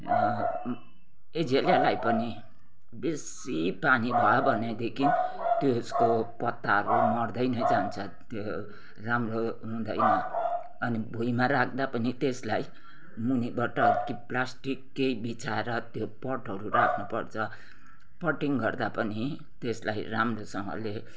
एजेलियालाई पनि बेसी पानी भयो भनेदेखि त्यसको पत्ताहरू मर्दै नै जान्छ त्यो राम्रो हुँदैन अनि भुँइमा राख्दा पनि त्यसलाई मुनिबाट कि प्लास्टिक केही बिच्छाएर त्यो पटहरू राख्नुपर्छ पटिङ गर्दा पनि त्यसलाई राम्रोसँगले